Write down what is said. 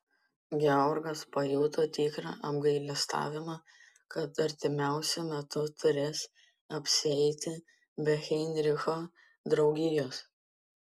georgas pajuto tikrą apgailestavimą kad artimiausiu metu turės apsieiti be heinricho draugijos